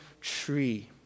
tree